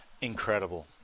Incredible